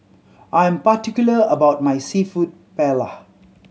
I am particular about my Seafood Paella